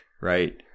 right